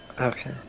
Okay